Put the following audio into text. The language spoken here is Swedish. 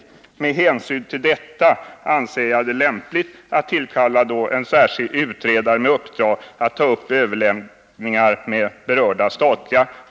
Med hänsyn till detta anser jag det lämpligt att tillkalla en s rskild utredare med uppdrag att ta upp överläggningar med berörda statliga.